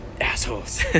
assholes